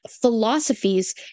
philosophies